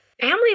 Family